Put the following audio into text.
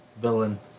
villain